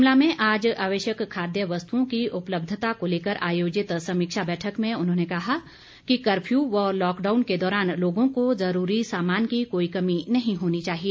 शिमला में आज आवश्यक खाद्य वस्तुओं की उपलब्धता को लेकर आयोजित समीक्षा बैठक में उन्होंने कहा कि कर्फ्यू व लॉकडाउन के दौरान लोगों को ज़रूरी सामान की कोई कमी नहीं होनी चाहिए